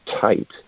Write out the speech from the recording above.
tight